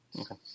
Okay